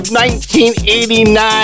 1989